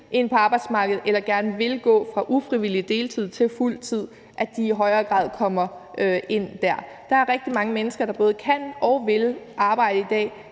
ind på arbejdsmarkedet eller gerne vil gå fra ufrivillig deltid til fuld tid, ind der. Der er rigtig mange mennesker, der både kan og vil arbejde i dag,